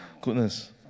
Goodness